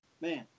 Man